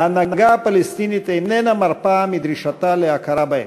ההנהגה הפלסטינית איננה מרפה מדרישתה להכרה בהם,